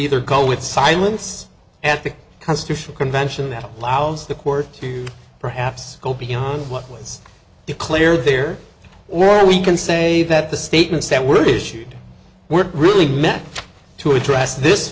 either go with silence and a constitutional convention that allows the court to perhaps go beyond what was declared there or we can say that the statements that were issued were really meant to address this